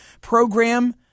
program